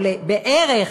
או בערך,